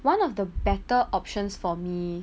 one of the better options for me